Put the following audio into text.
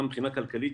גם מבחינה כלכלית,